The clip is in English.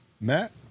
Matt